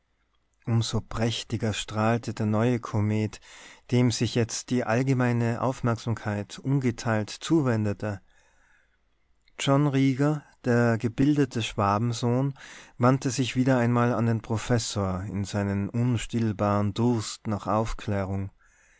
so prächtiger strahlte der neue komet dem sich jetzt die allgemeine aufmerksamkeit ungeteilt zuwendete john rieger der gebildete schwabensohn wandte sich wieder einmal an den professor in seinem unstillbaren durst nach aufklärung